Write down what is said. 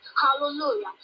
Hallelujah